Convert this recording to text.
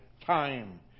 time